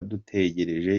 dutegereje